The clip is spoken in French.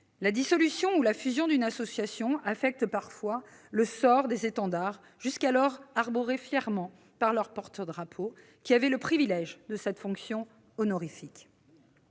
la dissolution ou la fusion d'une association affectant parfois le sort des étendards jusqu'alors arborés fièrement par les porte-drapeaux qui avaient le privilège d'exercer cette fonction honorifique.